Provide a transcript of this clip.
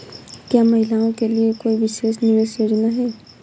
क्या महिलाओं के लिए कोई विशेष निवेश योजना है?